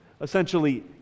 Essentially